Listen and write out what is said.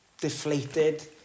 deflated